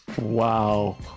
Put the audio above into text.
Wow